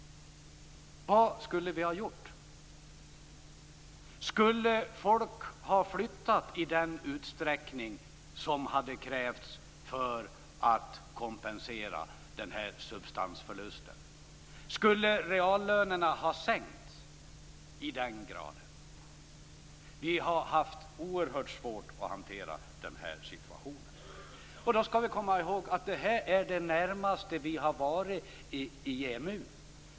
Vad skulle vi ha gjort? Skulle folk ha flyttat i den utsträckning som hade krävts för att kompensera denna substansförlust? Skulle reallönerna ha sänkts i motsvarande grad? Vi har haft oerhört svårt att hantera den här situationen. Men vi skall komma ihåg att detta är det närmaste vi har varit EMU.